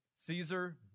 caesar